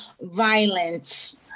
violence